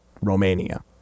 Romania